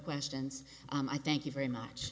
questions i thank you very much